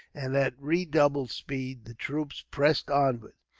and at redoubled speed the troops pressed onward.